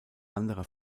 andere